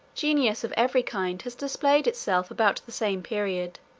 genius of every kind has displayed itself about the same period